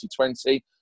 2020